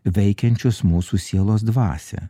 veikiančius mūsų sielos dvasią